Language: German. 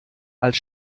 als